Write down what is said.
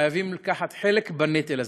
חייבים לקחת חלק בנטל הזה.